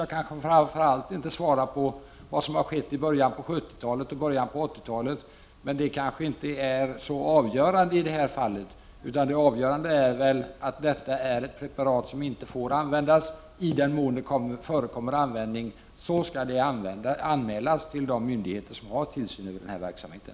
Jag kan framför allt inte svara på vad som har hänt i början av 70 talet och i början av 80-talet, men det är kanske inte så avgörande. I det här fallet är det avgörande att det är fråga om ett preparat som inte får användas. I den mån det förekommer användning skall det anmälas till de myndigheter som har tillsyn över verksamheten.